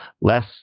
less